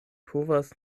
povas